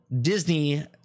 Disney